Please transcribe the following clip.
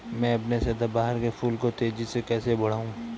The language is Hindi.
मैं अपने सदाबहार के फूल को तेजी से कैसे बढाऊं?